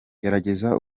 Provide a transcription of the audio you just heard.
gerageza